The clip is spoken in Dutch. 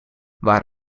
waar